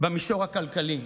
במישור הכלכלי.